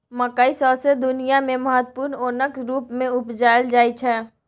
मकय सौंसे दुनियाँ मे महत्वपूर्ण ओनक रुप मे उपजाएल जाइ छै